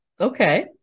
Okay